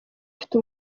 afite